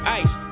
ice